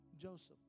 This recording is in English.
Joseph